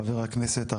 חבר הכנסת,